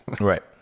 Right